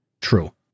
True